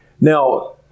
Now